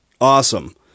Awesome